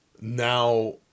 now